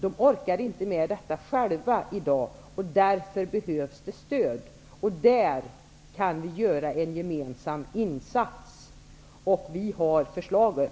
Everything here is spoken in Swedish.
De orkar inte med detta själva i dag, därför behövs det stöd. Där kan vi göra en gemensam insats. Vi har förslagen.